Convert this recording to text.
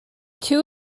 two